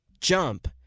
jump